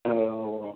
ஆ ஆ ஓ